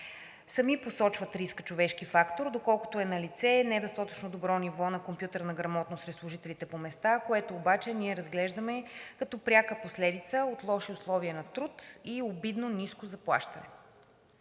Сами посочват риска „човешки фактор“, доколкото е налице недостатъчно добро ниво на компютърна грамотност сред служителите по места, което обаче ние разглеждаме като пряка последица от лоши условия на труд и обидно ниско заплащане.